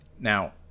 Now